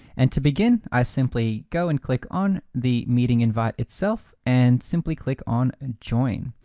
and to begin, i simply go and click on the meeting invite itself, and simply click on and join.